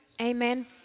amen